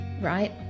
right